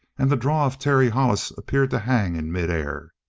and the draw of terry hollis appeared to hang in midair.